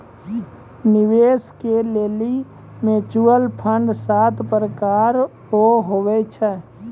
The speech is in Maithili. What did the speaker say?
निवेश के लेली म्यूचुअल फंड सात प्रकार रो हुवै छै